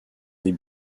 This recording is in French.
des